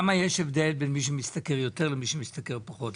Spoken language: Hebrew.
למה יש הבדל בין מי שמשתכר יותר למי שמשתכר פחות?